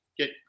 Get